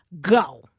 go